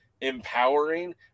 empowering